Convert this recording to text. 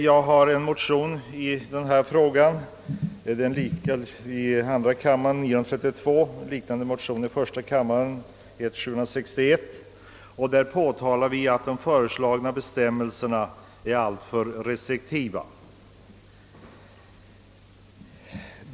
Jag har väckt en motion i denna kammare, nr 932, som är likalydande med motionen I: 761 och där det påtalas att de föreslagna bestämmelserna är alltför restriktiva.